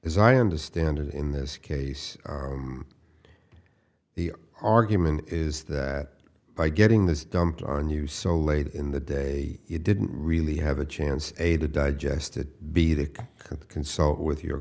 as i understand it in this case the argument is that by getting this dumped on you so late in the day you didn't really have a chance a to digest to be there to consult with your